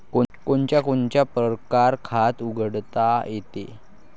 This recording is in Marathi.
कोनच्या कोनच्या परकारं खात उघडता येते?